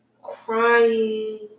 crying